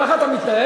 ככה אתה מתנהג?